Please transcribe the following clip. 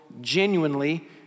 genuinely